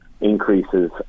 increases